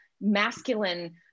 masculine